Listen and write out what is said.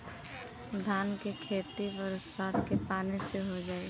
धान के खेती बरसात के पानी से हो जाई?